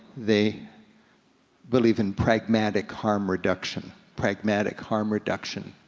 they believe in pragmatic harm reduction. pragmatic harm reduction.